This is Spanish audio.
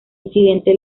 incidente